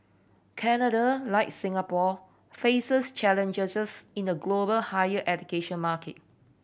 Canada like Singapore faces challenges in a global higher education market